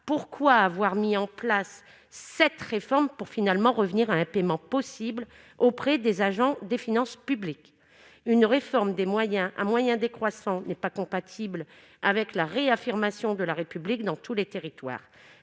pourquoi avoir mis en place cette réforme pour finalement revenir à un paiement possible auprès des agents des finances publiques, une réforme des moyens à moyens décroissants n'est pas compatible avec la réaffirmation de la République dans tous les territoires,